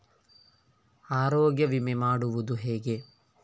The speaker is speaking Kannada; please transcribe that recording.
ಆರೋಗ್ಯ ವಿಮೆ ಮಾಡುವುದು ಹೇಗೆ?